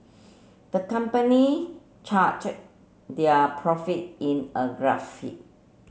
the company charted their profit in a